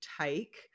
take